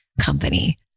company